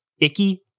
icky